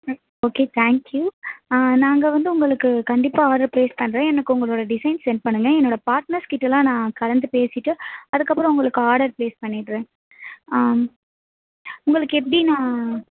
ம் okay thank you ஆ நாங்கள் வந்து உங்களுக்கு கண்டிப்பாக ஆடர் ப்ளேஸ் பண்ணுறேன் எனக்கு உங்களோட டிசைன்ஸ் சென்ட் பண்ணுங்க என்னோட பாட்னர்ஸ்கிட்டெலாம் நான் கலந்து பேசிவிட்டு அதுக்கப்புறம் உங்களுக்கு ஆடர் ப்ளேஸ் பண்ணிடுறேன் ஆ உங்களுக்கு எப்படி நான்